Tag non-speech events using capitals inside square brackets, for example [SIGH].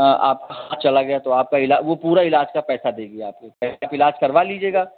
आपका [UNINTELLIGIBLE] चला गया तो आपका इलाज वो पूरा इलाज का पैसा देगी आपको पैसा से इलाज करवा लीजिएगा